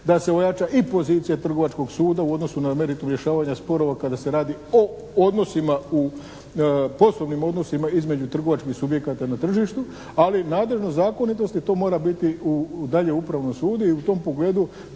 da se ojača i pozicija trgovačkog suda u odnosu na meritum rješavanja sporova kada se radi o odnosima u, poslovnim odnosima između trgovačkih subjekata na tržištu, ali nadležnost i zakonitost to mora biti dalje u upravnom sudu i u tom pogledu